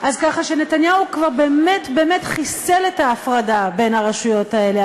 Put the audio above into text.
אז ככה שנתניהו באמת באמת חיסל את ההפרדה בין הרשויות האלה,